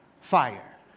fire